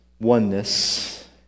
oneness